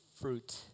fruit